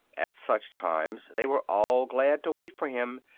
at such times they were all glad to wait for him,